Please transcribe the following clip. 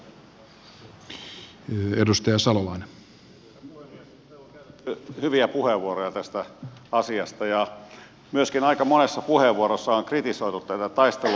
täällä on käytetty hyviä puheenvuoroja tästä asiasta ja myöskin aika monessa puheenvuorossa on kritisoitu näitä taistelujoukkoja